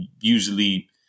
usually